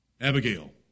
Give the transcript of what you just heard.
Abigail